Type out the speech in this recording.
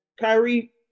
Kyrie